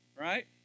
right